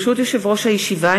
ברשות יושב-ראש הישיבה,